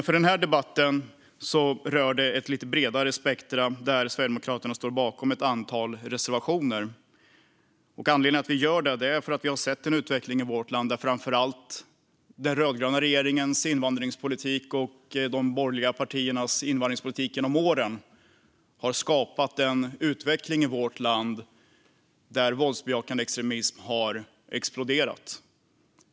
Pågående debatt rör dock ett bredare spektrum, och här står Sverigedemokraterna bakom ett antal reservationer. Anledningen är att den rödgröna regeringens och de borgerliga partiernas invandringspolitik genom åren har skapat en utveckling i vårt land där våldsbejakande extremism har exploderat.